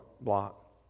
block